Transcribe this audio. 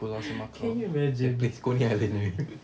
pulau semakau the place coney island